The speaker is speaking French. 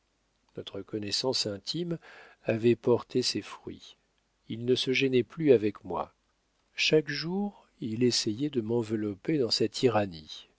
notre connaissance intime avait porté ses fruits il ne se gênait plus avec moi chaque jour il essayait de m'envelopper dans sa tyrannie